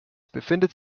befindet